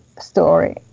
story